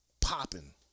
Popping